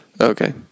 Okay